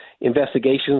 investigations